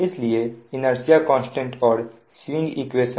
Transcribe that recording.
इसलिए inertia constant और swing equation